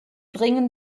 bringen